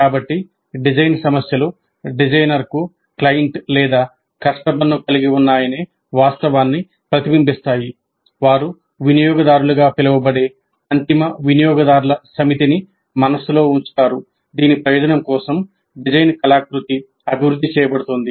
కాబట్టి డిజైన్ సమస్యలు డిజైనర్కు క్లయింట్ లేదా కస్టమర్ను కలిగి ఉన్నాయనే వాస్తవాన్ని ప్రతిబింబిస్తాయి వారు వినియోగదారులుగా పిలువబడే అంతిమ వినియోగదారుల సమితిని మనస్సులో ఉంచుతారు దీని ప్రయోజనం కోసం డిజైన్ కళాకృతి అభివృద్ధి చేయబడుతోంది